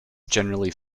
generally